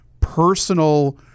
personal